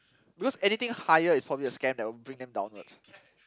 because anything higher is probably a scam that will bring them downwards